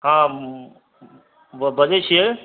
हँ बजै छियै